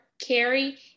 Carrie